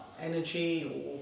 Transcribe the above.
energy